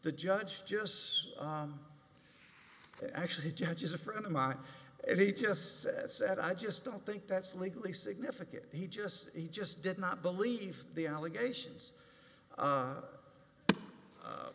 the judge just said actually judge is a friend of mine and he just says that i just don't think that's legally significant he just he just did not believe the allegations